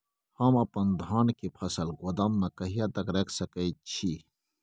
हम अपन धान के फसल गोदाम में कहिया तक रख सकैय छी?